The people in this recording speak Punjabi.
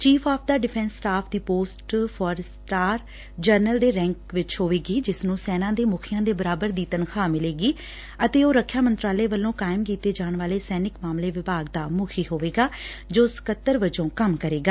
chief of 'the defence staff ਦੀ ਪੋਸਟ ਫੋਰ ਸਟਾਰ ਜਨਰਲ ਦੇ ਰੈਂਕ ਵਿੱਚ ਹੋਵੇਗੀ ਜਿਸ ਨੂੰ ਸੈਨਾ ਦੇ ਮੁਖੀਆਂ ਦੇ ਬਾਰਾਬਰ ਦੀ ਤਨਖਾਹ ਮਿਲੇਗੀ ਅਤੇ ਉਹ ਰੱਖਿਆ ਮੰਤਰਾਲੇ ਵੱਲੋਂ ਕਾਇਮ ਕੀਤੇ ਜਾਣ ਵਾਲੇ ਸੈਨਿਕ ਮਾਮਲੇ ਵਿਭਾਗ ਦਾ ਮੁਖੀ ਹੋਵੇਗਾ ਜੋ ਸਕੱਤਰ ਵਜੋਂ ਕੰਮ ਕਰੇਗਾ